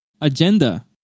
agenda